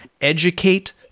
educate